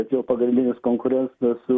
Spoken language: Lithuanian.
kad jo pagrindinis konkurentas